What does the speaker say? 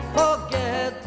forget